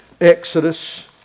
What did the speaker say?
Exodus